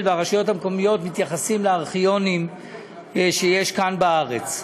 והרשויות המקומיות לארכיונים שיש כאן בארץ.